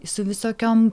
su visokiom